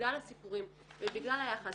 בגלל הסיפורים ובגלל היחס,